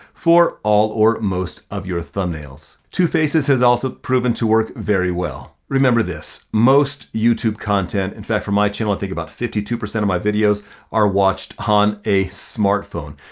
for all or most of your thumbnails. two faces has also proven to work very well. remember this, most youtube content, in fact, for my channel, i think about fifty two percent of my videos are watched on a smartphone.